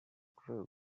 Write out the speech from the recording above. clue